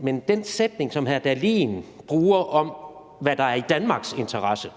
Men den sætning, som hr. Morten Dahlin bruger om, hvad der er i Danmarks interesse,